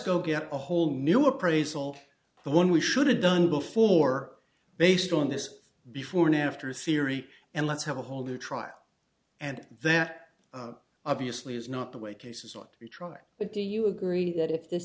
go get a whole new appraisal the one we should have done before based on this before and after theory and let's have a whole new trial and that obviously is not the way cases ought to be tried but do you agree that if this